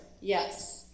yes